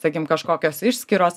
sakykim kažkokios išskyros